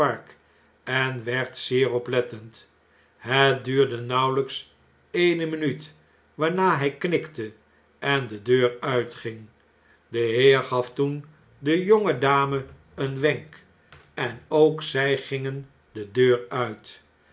en werd zeer oplettend het duurde nauwelijks eene minuut waarna hjj knikte en de deur uitging de heer gaf toen de jonge dame een wenk en ook zjj gingen de deur uit